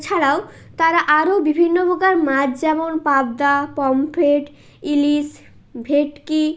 ছাড়াও তারা আরও বিভিন্ন প্রকার মাছ যেমন পাবদা পম্পফ্রেট ইলিশ ভেটকি